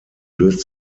löst